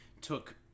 took